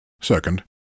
Second